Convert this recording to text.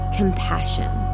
compassion